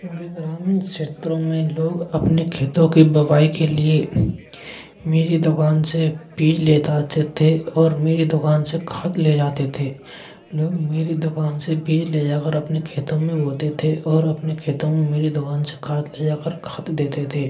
क्योंकि ग्रामीण क्षेत्रों में लोग अपने खेतों की बुवाई के लिए मेरी दुकान से बीज ले जाते थे और मेरी दुकान से खाद ले जाते थे लोग मेरी दुकान से बीज ले जाकर अपने खेतों में बोते थे और अपने खेतों में मेरी दुकान से खाद ले जाकर खाद देते थे